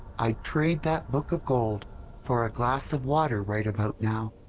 i'd trade that book of gold for a glass of water right about now.